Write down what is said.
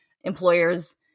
employers